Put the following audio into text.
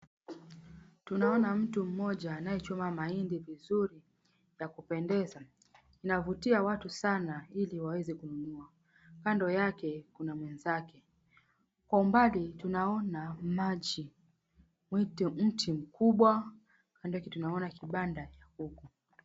Tunaona mtu mmoja anayechoma mahindi vizuri vya kupendeza. Inavutia watu sana ili waweze kununua. Kando yake kuna mwanamke. Kwa mbali tunaona maji. Weti mti mkubwa. Kando kitu tunaona kibanda cha ng'ombe.